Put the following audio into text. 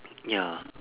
ya